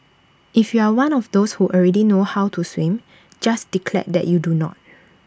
if you are one of those who already know how to swim just declare that you do not